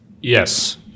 Yes